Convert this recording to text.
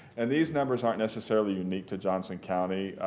and these numbers aren't necessarily unique to johnson county.